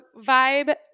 vibe